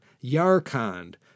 Yarkand